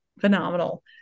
Phenomenal